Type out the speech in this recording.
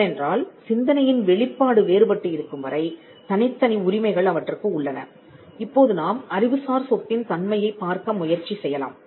ஏனென்றால் சிந்தனையின் வெளிப்பாடு வேறுபட்டு இருக்கும் வரை தனித்தனி உரிமைகள் அவற்றுக்கு உள்ளன இப்போது நாம் அறிவுசார் சொத்தின் தன்மையைப் பார்க்க முயற்சி செய்யலாம்